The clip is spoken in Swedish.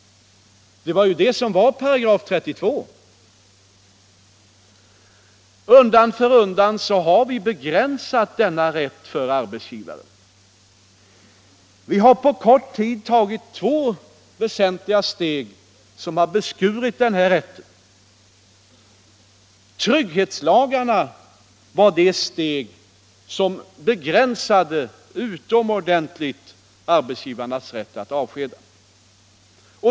Det var ju det som var § 32. Undan för undan har vi begränsat denna rätt för arbetsgivaren. Vi har på kort tid tagit två väsentliga steg som har beskurit den rätten. Trygghetslagarna var det steg som utomordentligt begränsade arbetsgivarnas rätt att avskeda.